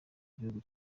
gihugu